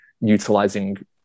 utilizing